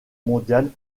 mondiale